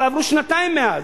אבל עברו שנתיים מאז.